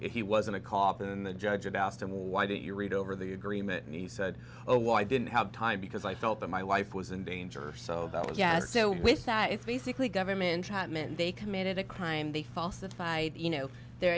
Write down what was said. he wasn't a cop and the judge asked him why didn't you read over the agreement and he said oh i didn't have time because i felt that my wife was in danger so yeah so with that it's basically government hotman they committed a crime they falsified you know the